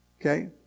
Okay